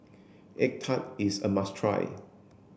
egg tart is a must try